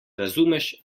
razumeš